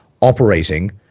operating